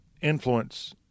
influence